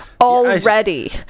already